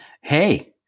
Hey